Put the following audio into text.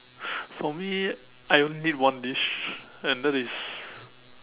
for me I only need one dish and that is